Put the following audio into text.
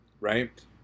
right